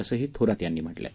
असंही थोरात यांनी म्हटलं आहे